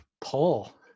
pull